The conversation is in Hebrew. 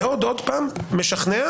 מאוד עוד פעם, משכנע